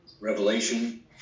revelation